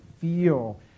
feel